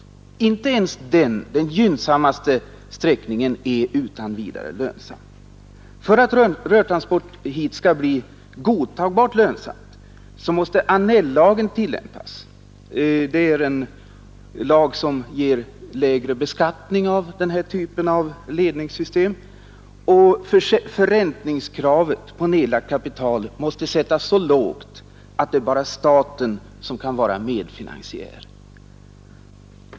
Inte ens denna den gynnsammaste sträckningen är utan vidare lönsam. För att rörtransport hit skall bli godtagbart lönsam måste Annellagen tillämpas. — Annellagen är en lag som ger lägre beskattning för den här typen av ledningssystem, — Kravet på förräntning på nedlagt kapital måste dessutom sättas så lågt att bara staten kan vara medfinansiär.